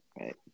right